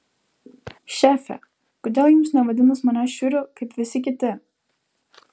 šefe kodėl jums nevadinus manęs šiuriu kaip visi kiti